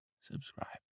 subscribe